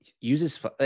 uses